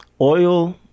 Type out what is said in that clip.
oil